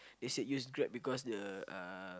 they say use Grab because the uh